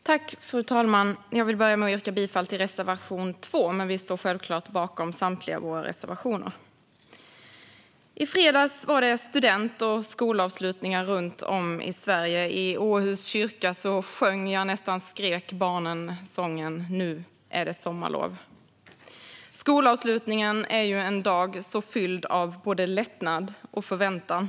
Fru talman! Jag vill börja med att yrka bifall till reservation 2. Vi står dock självklart bakom samtliga våra reservationer. I fredags var det student och skolavslutningar runt om i Sverige. I Åhus kyrka sjöng, nästan skrek, barnen sången Nu är det sommarlov . Skolavslutningen är en dag som är fylld av både lättnad och förväntan.